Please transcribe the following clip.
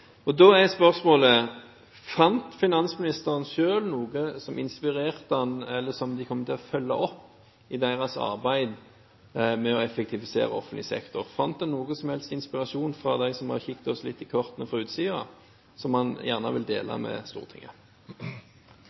Da er spørsmålet: Fant finansministeren selv noe som inspirerte ham, eller som de kommer til å følge opp i sitt arbeid med å effektivisere offentlig sektor? Fant han noen som helst inspirasjon hos dem som har kikket oss litt i kortene fra utsiden, som han gjerne vil dele med Stortinget?